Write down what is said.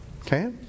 Okay